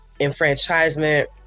enfranchisement